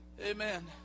Amen